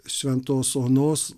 šventos onos